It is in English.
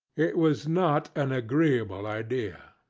it was not an agreeable idea.